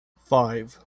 five